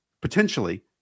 potentially